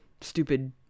stupid